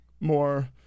more